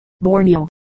Borneo